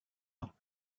ans